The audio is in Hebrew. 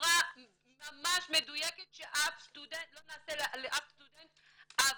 בצורה ממש מדויקת שלא נעשה לאף סטודנט עוול.